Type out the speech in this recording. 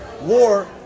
war